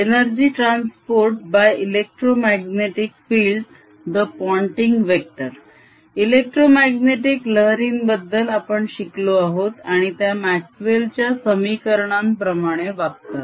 energy transport by electromagnetic fields - the Poynting vector electromagnetic लहारीबद्दल आपण शिकलो आहोत आणि त्या म्याक्स्वेलच्या समीकरणांप्रमाणे वागतात